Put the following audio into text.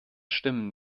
stimmen